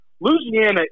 Louisiana